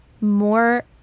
more